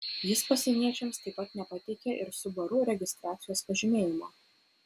jis pasieniečiams taip pat nepateikė ir subaru registracijos pažymėjimo